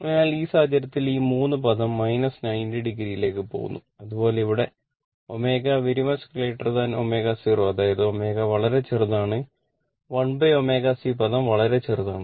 അതിനാൽ ഈ സാഹചര്യത്തിൽ ഈ 3 പദം 90 o യിലേക്ക് പോകുന്നു അതുപോലെ ഇവിടെ ω ω0 അതായത് ω വളരെ വലുതാണ് 1ωC പദം വളരെ ചെറുതാണ്